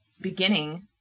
beginning